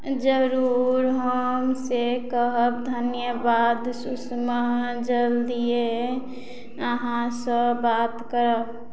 जरूर हम से कहब धन्यवाद सुषमा जल्दिये अहाँसँ बात करब